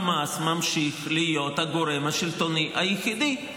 חמאס ממשיך להיות הגורם השלטוני היחידי,